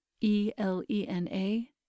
E-L-E-N-A